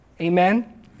Amen